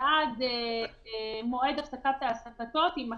ועד "מועד הפסקת העסקתו" תימחק.